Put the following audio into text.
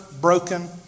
broken